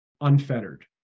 unfettered